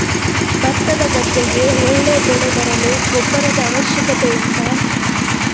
ಭತ್ತದ ಗದ್ದೆಗೆ ಒಳ್ಳೆ ಬೆಳೆ ಬರಲು ಗೊಬ್ಬರದ ಅವಶ್ಯಕತೆ ಉಂಟಾ